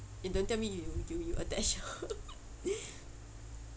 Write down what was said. eh don't tell me you you attached